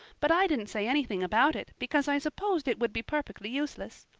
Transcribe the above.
but i didn't say anything about it, because i supposed it would be perfectly useless.